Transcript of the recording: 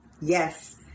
Yes